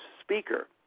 speaker